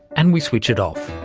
and we switch it off.